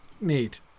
Neat